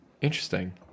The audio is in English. Interesting